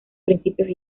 principios